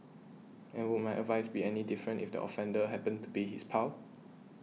and would my advice be any different if the offender happened to be his pal